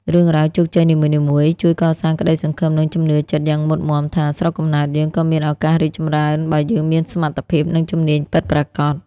រឿងរ៉ាវជោគជ័យនីមួយៗជួយកសាងក្តីសង្ឃឹម និងជំនឿចិត្តយ៉ាងមុតមាំថា «ស្រុកកំណើតយើងក៏មានឱកាសរីកចម្រើន បើយើងមានសមត្ថភាព និងជំនាញពិតប្រាកដ»។